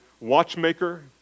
watchmaker